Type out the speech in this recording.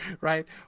right